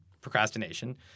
procrastination